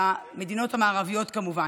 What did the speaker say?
למדינות המערביות, כמובן,